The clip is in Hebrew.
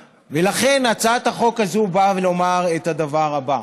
ולכן, הצעת החוק הזו באה לומר את הדבר הבא,